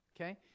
Okay